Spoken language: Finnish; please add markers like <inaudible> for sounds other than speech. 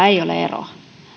<unintelligible> ei ole eroa on